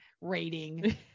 rating